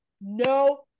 no